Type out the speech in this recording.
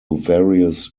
various